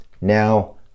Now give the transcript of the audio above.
now